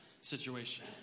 situation